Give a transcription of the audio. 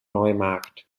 neumarkt